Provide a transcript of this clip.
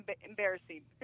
embarrassing